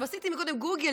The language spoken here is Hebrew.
עשיתי קודם גוגל,